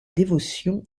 dévotion